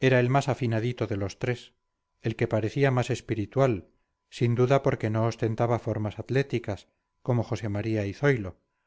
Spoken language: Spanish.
era el más afinadito de los tres el que parecía más espiritual sin duda porque no ostentaba formas atléticas como josé maría y zoilo